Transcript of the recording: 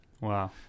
Wow